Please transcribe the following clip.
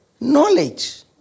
knowledge